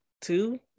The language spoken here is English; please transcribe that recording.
two